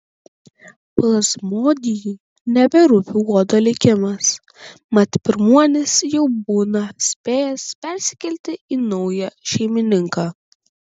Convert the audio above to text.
plazmodijui neberūpi uodo likimas mat pirmuonis jau būna spėjęs persikelti į naują šeimininką